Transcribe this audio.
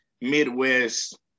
Midwest